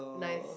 nice